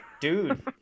dude